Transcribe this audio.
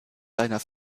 seiner